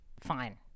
Fine